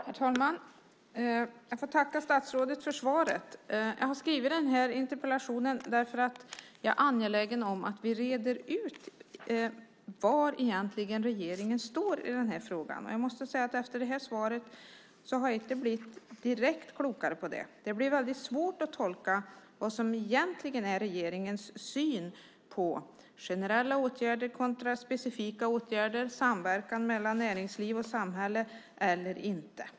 Herr talman! Jag får tacka statsrådet för svaret. Jag har skrivit interpellationen därför att jag är angelägen om att vi reder ut var regeringen egentligen står i den här frågan. Efter det här svaret har jag inte blivit direkt klokare. Det är svårt att tolka vad som är regeringens syn på generella åtgärder kontra specifika åtgärder och samverkan mellan näringsliv och samhälle eller inte.